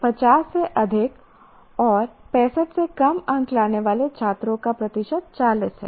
50 से अधिक और 65 से कम अंक लाने वाले छात्रों का प्रतिशत 40 है